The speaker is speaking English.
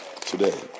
today